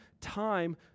time